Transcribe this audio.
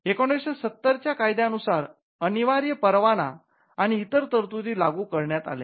१९७० च्या कायद्या नुसार अनिवार्य परवाना आणि इतर तरतुदी लागू करण्यात आल्या